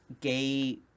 gay